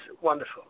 wonderful